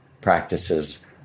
practices